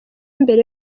mbere